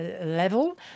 level